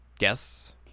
Yes